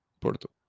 Porto